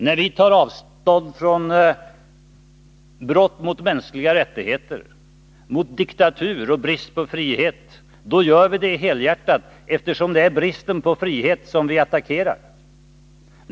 När vi tar avstånd från brott mot de mänskliga rättigheterna, mot diktatur och bristen på frihet, gör vi det helhjärtat, eftersom det är bristen på frihet som vi attackerar.